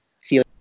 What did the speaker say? feel